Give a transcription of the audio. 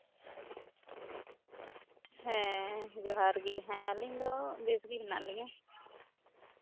ᱦᱮᱸ ᱡᱚᱦᱟᱨ ᱜᱮ ᱦᱮᱸ ᱟᱹᱞᱤᱧ ᱫᱚ ᱵᱮᱥ ᱜᱮ ᱦᱮᱱᱟᱜ ᱞᱤᱧᱟᱹ